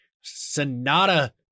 Sonata